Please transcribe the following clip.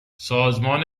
سازمان